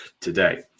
today